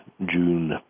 June